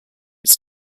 its